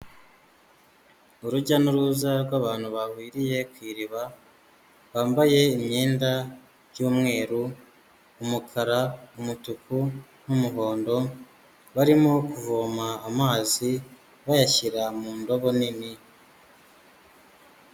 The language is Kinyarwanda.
Urujya n'uruza rw'abantu bahuriye ku iriba, bambaye imyenda y'umweru, umukara, umutuku n'umuhondo, barimo kuvoma amazi bayashyira mu ndobo nini.